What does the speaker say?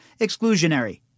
exclusionary